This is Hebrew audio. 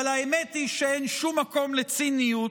אבל האמת היא שאין מקום לציניות,